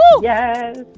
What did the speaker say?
Yes